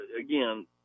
again